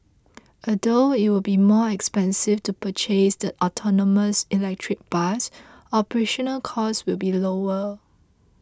although it will be more expensive to purchase the autonomous electric bus operational costs will be lower